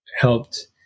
helped